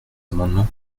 amendements